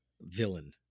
villain